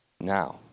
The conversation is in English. now